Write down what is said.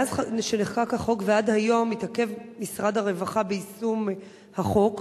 מאז חקיקת החוק ועד היום משרד הרווחה מתעכב ביישום החוק.